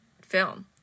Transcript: film